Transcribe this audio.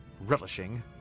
relishing